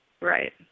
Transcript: Right